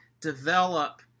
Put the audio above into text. develop